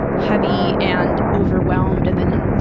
heavy and overwhelmed and then.